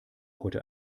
heute